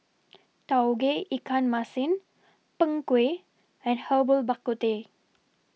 Tauge Iikan Masin Kng Kueh and Herbal Bak Ku Teh